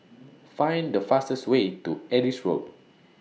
Find The fastest Way to Adis Road